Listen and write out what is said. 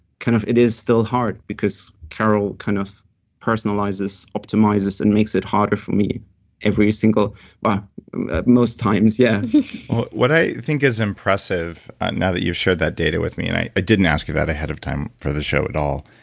kind of it is still hard because car o l kind of personalizes, optimize us and makes it harder for me but most times, yeah what i think is impressive, now that you've shared that data with me, and i didn't ask you that ahead of time for the show at all.